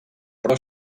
però